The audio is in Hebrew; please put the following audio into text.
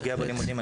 פוגע בלימודים.